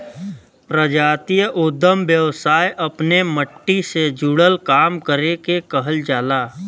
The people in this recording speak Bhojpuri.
प्रजातीय उद्दम व्यवसाय अपने मट्टी से जुड़ल काम करे के कहल जाला